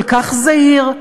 כל כך זהיר,